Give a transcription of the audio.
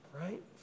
right